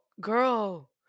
girl